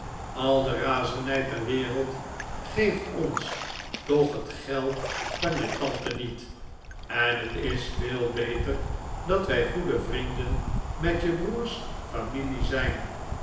al de razernij ter wereld geeft ons toch het geld van je tante niet en het is veel beter dat wij goede vrienden met je broers familie zijn